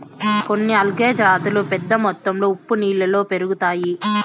కొన్ని ఆల్గే జాతులు పెద్ద మొత్తంలో ఉప్పు నీళ్ళలో పెరుగుతాయి